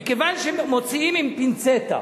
מכיוון שמוציאים עם פינצטה